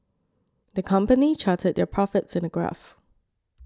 the company charted their profits in a graph